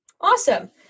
Awesome